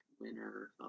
winner